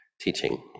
teaching